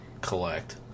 collect